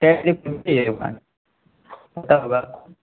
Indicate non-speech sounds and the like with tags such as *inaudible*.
کتنے بجے کھلتی ہے یہ دکان *unintelligible*